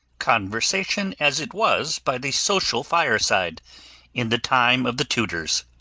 conversation as it was by the social fireside in the time of the tudors